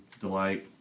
delight